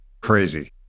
Crazy